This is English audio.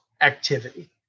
activity